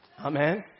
Amen